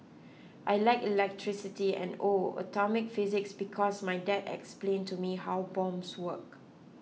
I like electricity and oh atomic physics because my dad explain to me how bombs work